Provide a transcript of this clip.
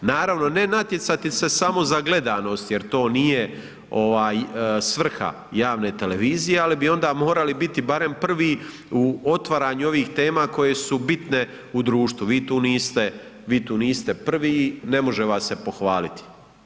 Naravno, ne natjecati se samo za gledanost jer to nije svrha javne televizije, ali bi onda morali biti barem prvi u otvaranju ovih tema koje su bitne u društvu, vi tu niste prvi, ne može vas se pohvaliti.